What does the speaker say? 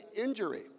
injury